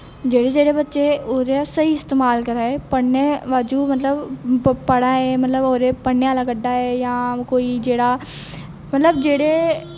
जेह्ड़े जेह्ड़े बच्चे ओह्दा स्हेई इस्तेमाल करा दे पढ़ने बाज़ू मतलब पढ़ा दे मतलब ओह्दा पढ़ने आह्ला कड्ढा दे जां कोई जेह्ड़ा मतलब जेह्ड़े